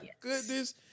goodness